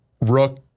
Rook